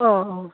অঁ অঁ